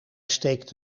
steekt